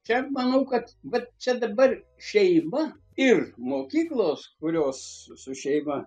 čia manau kad bet čia dabar šeima ir mokyklos kurios su šeima